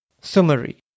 summary